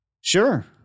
Sure